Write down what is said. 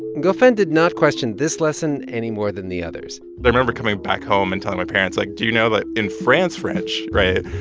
ngofeen did not question this lesson any more than the others i remember coming back home and telling my parents, like, do you know that in france french right?